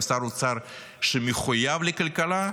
עם שר אוצר שמחויב לכלכלה,